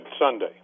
Sunday